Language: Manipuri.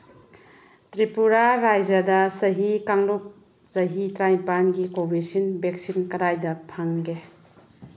ꯇ꯭ꯔꯤꯄꯨꯔꯥ ꯔꯥꯏꯖ꯭ꯌꯥꯗ ꯆꯍꯤ ꯀꯥꯡꯂꯨꯞ ꯆꯍꯤ ꯇꯔꯥꯅꯤꯄꯥꯜꯒꯤ ꯀꯣꯕꯤꯁꯤꯜ ꯕꯦꯛꯁꯤꯟ ꯀꯗꯥꯏꯗ ꯐꯪꯒꯦ